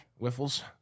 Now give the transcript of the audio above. Wiffles